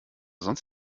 sonst